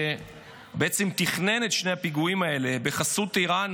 שבעצם תכנן את שני פיגועים האלה בחסות איראן,